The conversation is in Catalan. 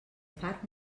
fart